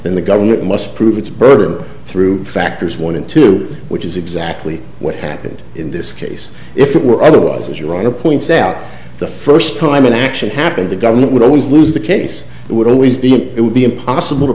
in the government must prove its burden through factors one and two which is exactly what happened in this case if it were otherwise you run a points out the first time an action happened the government would always lose the case it would always be it would be impossible to